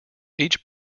each